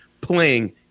playing